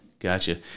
Gotcha